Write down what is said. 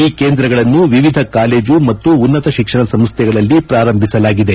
ಈ ಕೇಂದ್ರಗಳನ್ನು ವಿವಿಧ ಕಾಲೇಜು ಮತ್ತು ಉನ್ನತ ಶಿಕ್ಷಣ ಸಂಸ್ಥೆಗಳಲ್ಲಿ ಪ್ರಾರಂಭಿಸಲಾಗಿದೆ